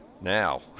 Now